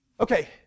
Okay